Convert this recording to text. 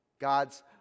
God's